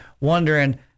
wondering